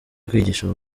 kwigisha